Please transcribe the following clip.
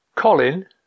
Colin